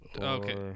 okay